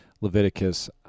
Leviticus